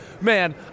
man